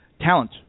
talent